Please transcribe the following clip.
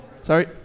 Sorry